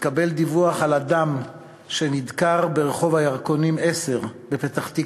התקבל דיווח על אדם שנדקר ברחוב הירקונים 10 בפתח-תקווה.